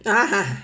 啊哈